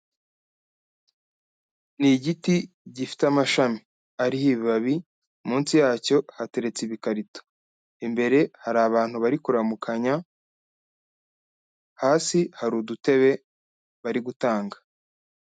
Ni igiti gifite amashami ariho ibibabi munsi yacyo hateretse ibikarito. Imbere hari abantu bari kuramukanya hasi hari udutebe bari gutanga.